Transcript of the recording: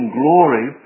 glory